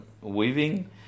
weaving